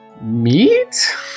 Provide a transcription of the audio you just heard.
Meat